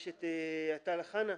יש את אטאל א-חנא.